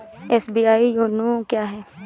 SBI YONO क्या है?